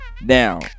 now